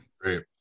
Great